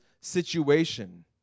situation